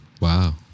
Wow